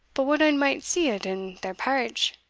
but what ane might see it in their parritch.